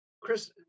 chris